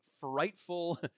frightful